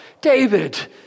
David